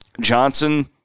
Johnson